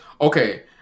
Okay